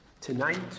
tonight